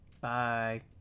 Bye